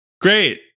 Great